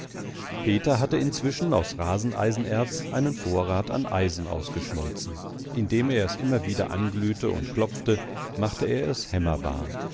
peter hatte inzwischen aus raseneisenerz einen vorrat an eisen ausgeschmolzen indem er es immer wieder anglühte und klopfte machte er es hämmerbar